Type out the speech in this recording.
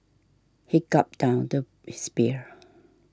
he gulped down the his beer